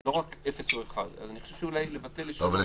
לא רק אפס או אחד, אז אני חושב שאולי לבטל, לשנות.